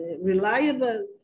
reliable